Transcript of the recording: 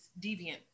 deviant